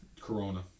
Corona